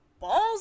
balls